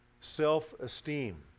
self-esteem